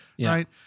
right